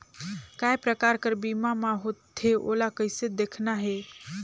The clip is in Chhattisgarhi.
काय प्रकार कर बीमा मा होथे? ओला कइसे देखना है?